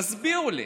תסבירו לי.